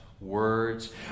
words